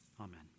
amen